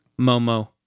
Momo